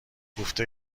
کوفته